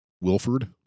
Wilford